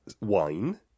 wine